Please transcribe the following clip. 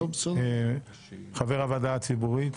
חבר הוועדה הציבורית.